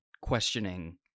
questioning